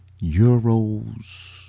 euros